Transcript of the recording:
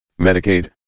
Medicaid